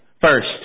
First